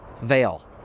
Veil